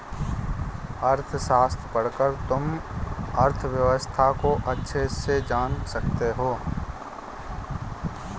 अर्थशास्त्र पढ़कर तुम अर्थव्यवस्था को अच्छे से जान सकते हो